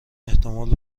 احتمال